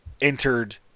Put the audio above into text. entered